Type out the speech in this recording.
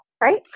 right